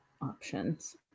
options